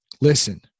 listen